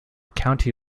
county